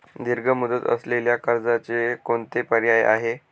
दीर्घ मुदत असलेल्या कर्जाचे कोणते पर्याय आहे?